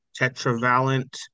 tetravalent